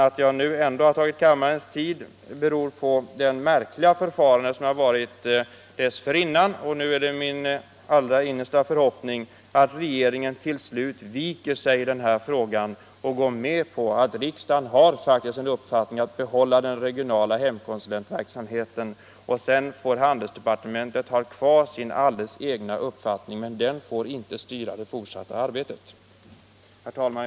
Att jag ändå upptagit kammarens tid beror på det märkliga förfarandet dessförinnan. Nu är det min allra innersta förhoppning att regeringen till slut viker i den här frågan och går med på att riksdagen har uttalat som sin uppfattning att man bör behålla den regionala hemkonsulentverksamheten. Sedan får handelsdepartementet ha kvar sin alldeles egna uppfattning, men den skall inte styra det fortsatta arbetet. Herr talman!